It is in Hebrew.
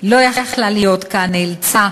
לא יכלה להיות כאן, נאלצה